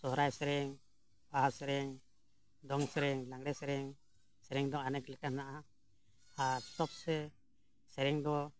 ᱥᱚᱦᱨᱟᱭ ᱥᱮᱨᱮᱧ ᱵᱟᱦᱟ ᱥᱮᱨᱮᱧ ᱫᱚᱝ ᱥᱮᱨᱮᱧ ᱞᱟᱜᱽᱲᱮ ᱥᱮᱨᱮᱧ ᱥᱮᱨᱮᱧ ᱫᱚ ᱚᱱᱮᱠ ᱞᱮᱠᱟ ᱢᱮᱱᱟᱜᱼᱟ ᱟᱨ ᱥᱚᱵ ᱥᱮ ᱥᱮᱨᱮᱧ ᱫᱚ